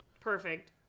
Perfect